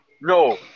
No